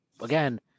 again